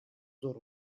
zor